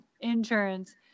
insurance